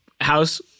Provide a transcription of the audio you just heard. house